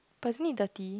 but isn't it dirty